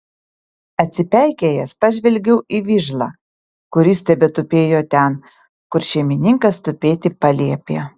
atsipeikėjęs pažvelgiau į vižlą kuris tebetupėjo ten kur šeimininkas tupėti paliepė